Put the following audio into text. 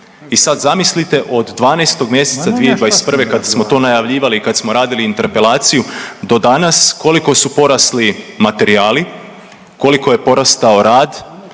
I sad zamislite od 12 mjeseca 2021. kad smo to najavljivali i kad smo radili interpelaciju do danas koliko su porasli materijali, koliko je porastao rad,